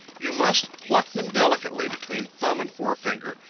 you must pluck them delicately, between thumb and forefinger,